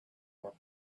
were